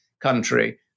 country